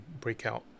breakout